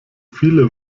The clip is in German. viele